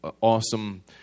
awesome